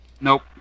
Nope